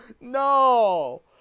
no